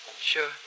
Sure